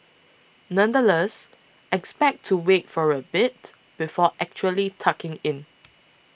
nonetheless expect to wait for a bit before actually tucking in